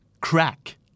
crack